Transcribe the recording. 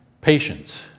patience